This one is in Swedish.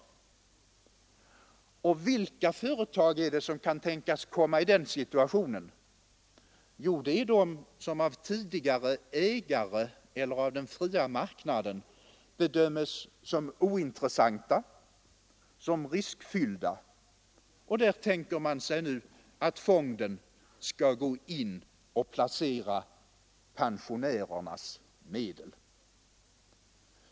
Och vilka företag är det som kan tänkas komma i den situationen? Jo, det är de som av tidigare ägare eller av den fria marknaden bedöms som ointressanta, som riskfyllda. Där tänker man sig nu att fonden skall gå in och placera pensionärernas medel.